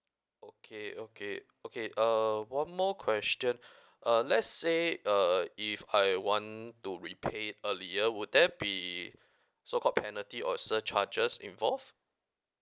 okay okay okay uh one more question uh let's say uh if I want to repay it earlier would there be so called penalty or surcharges involved